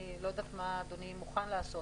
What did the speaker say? אני לא יודעת מה אדוני מוכן לעשות,